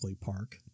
Park